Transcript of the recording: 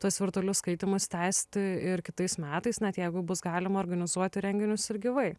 tuos virtualius skaitymus tęsti ir kitais metais net jeigu bus galima organizuoti renginius ir gyvai